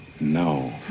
No